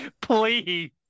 Please